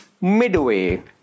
midway